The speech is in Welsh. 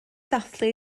ddathlu